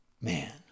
man